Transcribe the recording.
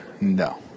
No